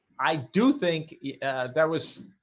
i do think yeah there was